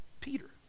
Peter